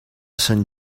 sant